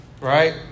Right